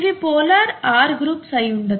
ఇవి polar R groups అయ్యుండొచ్చు